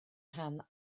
rhan